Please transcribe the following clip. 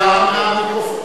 אין מיקרופונים?